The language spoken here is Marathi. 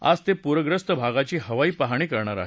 आज ते पूरग्रस्त भागाची हवाई पाहणी करणार आहेत